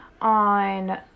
on